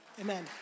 Amen